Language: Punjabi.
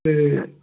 ਅਤੇ